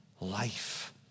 life